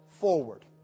forward